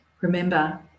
Remember